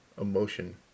emotion